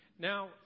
Now